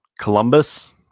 Columbus